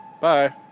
Bye